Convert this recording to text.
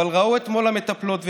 אבל ראו אתמול המטפלות ושמעו: